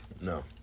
No